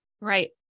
Right